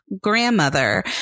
grandmother